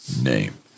name